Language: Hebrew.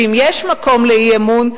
ואם יש מקום לאי-אמון,